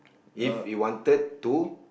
if you wanted to